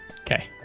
Okay